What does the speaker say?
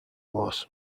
loss